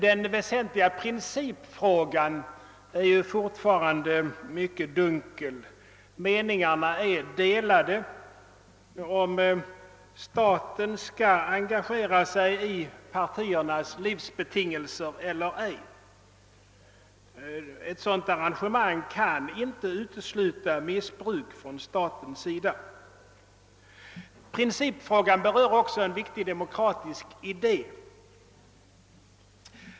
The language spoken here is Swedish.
Den väsentliga principfrågan är fortfarande höljd i dunkel; "meningarna om huruvida. staten skall engagera sig i partiernas livsbetingelser är delade. Ett sådant arrangemang kan inte utesluta risk för missbruk från statens sida. Principfrågan berör också en viktig demokratisk idé.